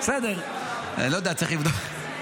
אני לא יודע, צריך לבדוק.